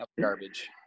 garbage